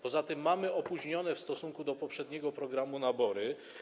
Poza tym mamy opóźnione w stosunku do poprzedniego programu nabory.